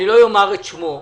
אני לא אומר את שמם